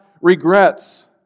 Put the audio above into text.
regrets